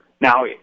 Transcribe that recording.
Now